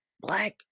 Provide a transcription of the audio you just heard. black